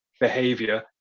behavior